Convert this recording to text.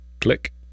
click